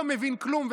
לא מבין כלום,